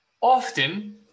often